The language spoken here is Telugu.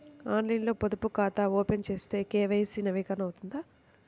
ఆన్లైన్లో పొదుపు ఖాతా ఓపెన్ చేస్తే కే.వై.సి నవీకరణ అవుతుందా?